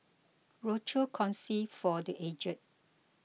Rochor Kongsi for the Aged